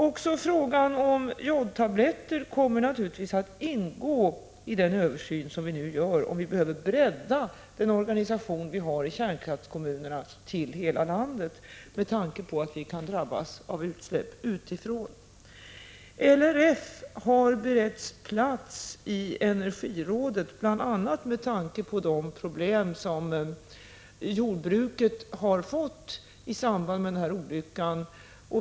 Även frågan om jodtabletter kommer naturligtvis att ingå i den översyn : som vi nu gör om huruvida vi måste bredda den organisation vi har i kärnkraftskommunerna till att omfatta hela landet med tanke på att vi kan drabbas av utsläpp utifrån. LRF har beretts plats i energirådet bl.a. med tanke på de problem som jordbruket har fått i samband med denna olycka.